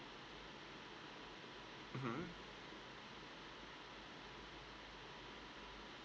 mmhmm